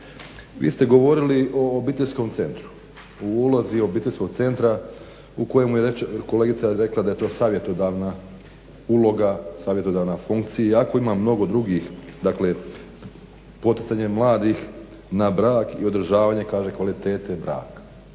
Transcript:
vi ste govorili o obiteljskom centru, o ulozi obiteljskog centra u kojemu je kolegica rekla da je to savjetodavna uloga, savjetodavna funkcija iako ima mnogo drugih, dakle poticanje mladih na brak i održavanje kaže kvalitete braka.